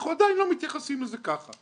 אנחנו עדיין לא מתייחסים לזה ככה.